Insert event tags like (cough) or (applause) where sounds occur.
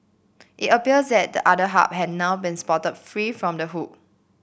it appears that the otter (unintelligible) had now been spotted free from the hook